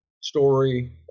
story